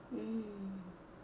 mm